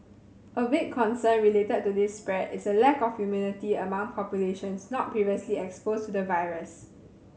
a big concern related to this spread is a lack of immunity among populations not previously exposed to the virus